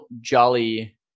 jolly